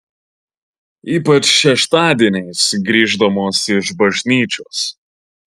ypač šeštadieniais grįždamos iš bažnyčios